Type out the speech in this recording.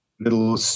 little